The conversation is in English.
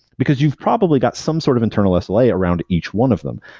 because you've probably got some sort of internal sla around each one of them.